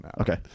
Okay